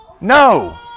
No